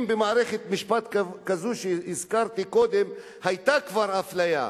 אם במערכת משפט כזו שהזכרתי קודם כבר היתה אפליה,